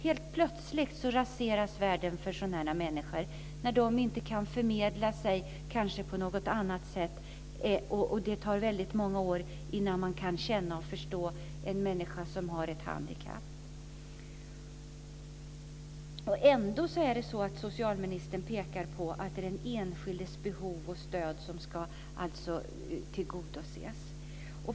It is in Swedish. Helt plötsligt raseras världen för de här människorna. De kan kanske inte kommunicera på någon annan väg. Det tar många år innan man kan förstå en människa som har ett handikapp. Ändå pekar socialministern på att det är den enskildes behov av stöd som ska tillgodoses.